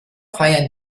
feiern